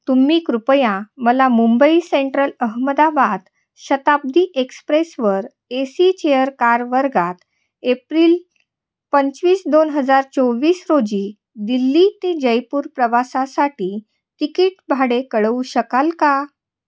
तुम्ही कृपया मला मुंबई सेंट्रल अहमदाबाद शताब्दी एक्सप्रेसवर ए सी चेअर कार वर्गात एप्रिल पंचवीस दोन हजार चोवीस रोजी दिल्ली ते जयपूर प्रवासासाठी तिकीट भाडे कळवू शकाल का